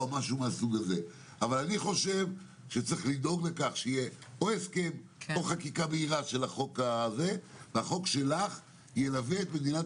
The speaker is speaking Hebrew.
אני חושב שצריך למצוא פתרון מהיר עכשיו והחוק שלך ילווה את מדינת